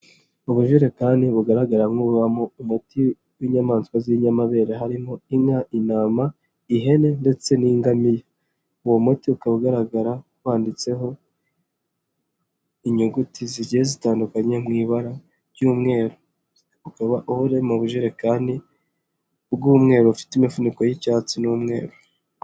Ubujerekani bugaragara nkububamo umuti w'inyamaswa z'inyamabere harimo inka, intama, ihene, ndetse n'ingamiya, uwo muti ukaba ugaragara wanditseho inyuguti zigiye zitandukanye mu ibara ry'umweru, ukaba uri mu bujerekani bw'umweru ufite imifuniko y'icyatsi n'umweru.